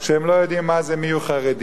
הם לא יודעים מיהו חרדי?